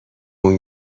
اون